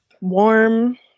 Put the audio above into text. Warm